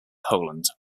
howland